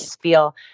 feel